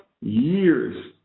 years